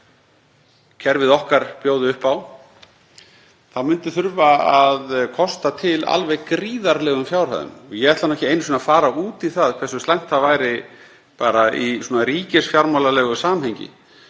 að kerfið okkar bjóði upp á, myndi þurfa að kosta til alveg gríðarlegum fjárhæðum. Ég ætla ekki einu sinni að fara út í það hversu slæmt það væri bara í ríkisfjármálalegu samhengi